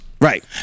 Right